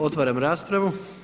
Otvaram raspravu.